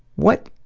what.